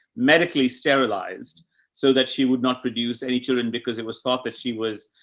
medically sterilized so that she would not produce any children because it was thought that she was,